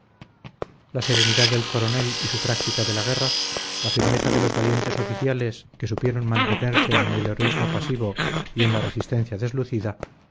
la serenidad del coronel y su práctica de la guerra la firmeza de los valientes oficiales que supieron mantenerse en el heroísmo pasivo y en la resistencia deslucida